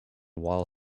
while